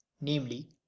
namely